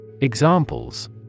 Examples